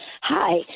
Hi